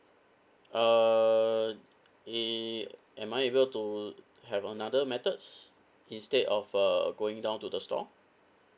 uh eh am I able to have another methods instead of uh going down to the store